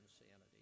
insanity